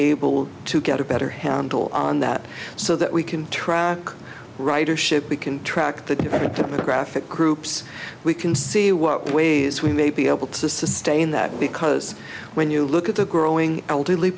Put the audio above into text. able to get a better handle on that so that we can track ridership we can track the different demographic groups we can see what ways we may be able to sustain that because when you look at the growing elderly